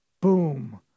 boom